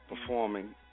Performing